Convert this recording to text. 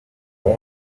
umwe